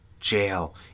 Jail